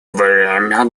время